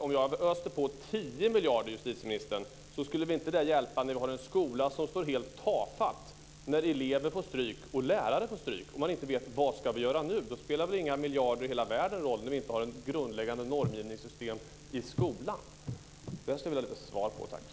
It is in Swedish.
Om jag öste på 10 miljarder, justitieministern, skulle det inte räcka när vi har en skola som står helt tafatt när elever och lärare får stryk. När man inte vet vad man ska ta sig till spelar väl inga miljarder i världen någon roll om man inte har ett grundläggande normgivningssystem i skolan. Jag skulle vilja ha en kommentar till detta.